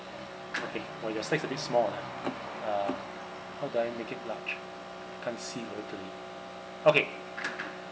okay !wah! your slides a bit small lah uh how do I make it large I can't see very clearly okay